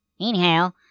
Anyhow